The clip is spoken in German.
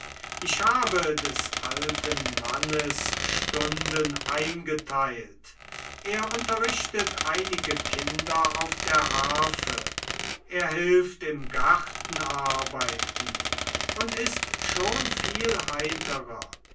ich habe des alten mannes stunden eingeteilt er unterrichtet einige kinder auf der harfe er hilft im garten arbeiten und ist schon viel heiterer